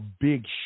big